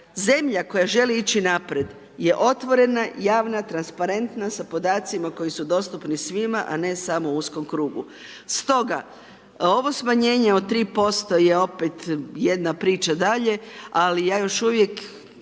Zemlja koja želi ići naprijed je otvorena, javna, transparentna sa podacima koji su dostupni svima, a ne samo uskom krugu. Stoga ovo smanjenje od 3% je opet jedna priča dalje, ali ja još uvijek